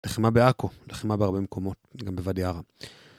לחימה בעכו, לחימה בהרבה מקומות, גם בואדי ערה.